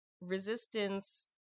resistance